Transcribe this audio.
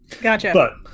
Gotcha